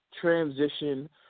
transition